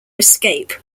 escape